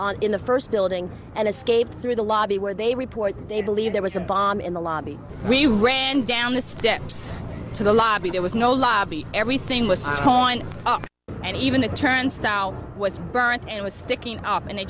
on in the first building and escaped through the lobby where they report they believe there was a bomb in the lobby we ran down the steps to the lobby there was no lobby everything was gone up and even the turnstile was burnt it was sticking out and they